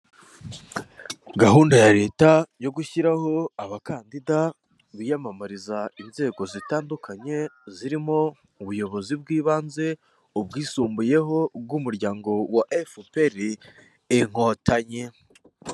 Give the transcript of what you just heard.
Gahunda ya Leta yo gushyiraho abakandida biyamamariza inzego zitandukanye zirimo ubuyobozi bw'ibanze, ubwisumbuyeho bw'umuryango wa FPR Inkotanyi.